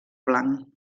blanc